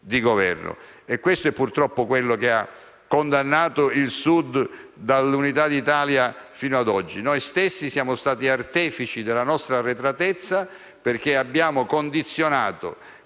Questo è purtroppo ciò che ha condannato il Sud dall'unità d'Italia fino ad oggi. Noi stessi siamo stati artefici della nostra arretratezza perché abbiamo subordinato